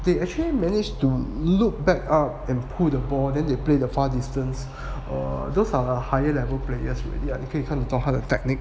they actually managed to loop back up and pull the ball then they play the far distance err those are higher level players already 你可以看得到他的 technique